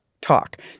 talk